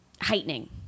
heightening